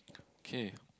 okay